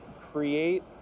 create